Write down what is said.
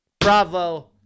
Bravo